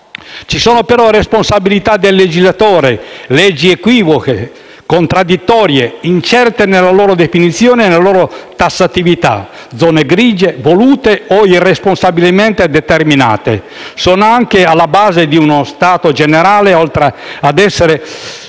Ci sono però responsabilità del legislatore: leggi equivoche, contraddittorie e incerte nella loro definizione e tassatività, zone grigie volute o irresponsabilmente determinate. Sono anche alla base di uno stato generale, oltre a essere